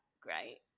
great